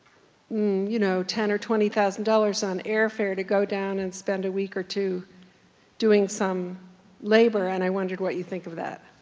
you know, ten or twenty thousand dollars dollars on airfare to go down and spend a week or two doing some labor, and i wondered what you think of that.